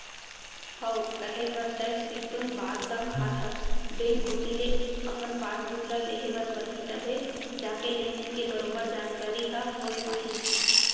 हव कहे बर तैं सिरतोन बात ल काहत हस बेंक कोती ले अपन पासबुक ल लेहे बर परही तभे जाके लेन देन के बरोबर जानकारी ह होय पाही